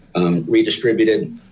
redistributed